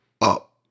up